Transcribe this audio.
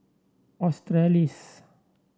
Australis